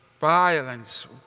violence